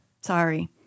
sorry